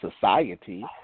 society